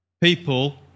people